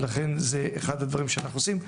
ולכן זה אחד הדברים שאנחנו עושים.